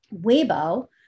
Weibo